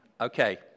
Okay